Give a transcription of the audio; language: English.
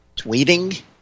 tweeting